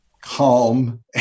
calm